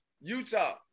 Utah